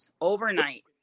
overnight